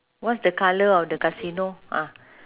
what's the colour of the casino ah